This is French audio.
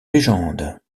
légendes